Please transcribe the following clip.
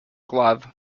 glove